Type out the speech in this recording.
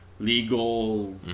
Legal